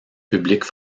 publiques